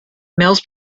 males